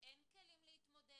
אין כלים להתמודד,